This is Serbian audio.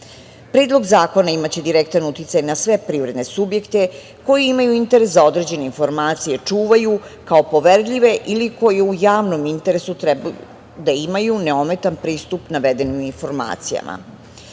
zakona imaće direktan uticaj na sve privredne subjekte koji imaju interes da određene informacije čuvaju kao poverljive ili koji u javnom interesu treba da imaju neometan pristup navedenu informacijama.